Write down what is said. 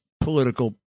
political